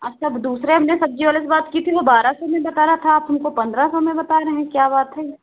अच्छा अब दूसरे हमने सब्जी वाले से बात की थी वो बारह सौ में बता रहा था आप हमको पन्द्रह सौ में बता रहे हैं क्या बात है